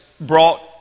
brought